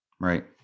Right